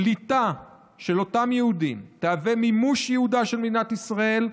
קליטה של אותם יהודים תהווה מימוש ייעודה של מדינת ישראל,